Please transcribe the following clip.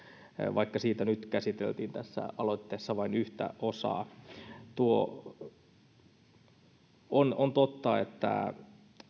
vaikka siitä nyt käsiteltiin tässä aloitteessa vain yhtä osaa on on totta että